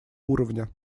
уровня